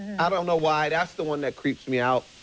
i don't know why, that's the one that creeps me out.